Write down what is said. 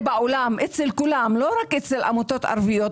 דבר כזה בעולם אצל כולם, לא רק אצל עמותות ערביות.